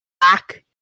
back